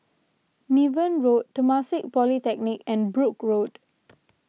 Niven Road Temasek Polytechnic and Brooke Road